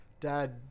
dad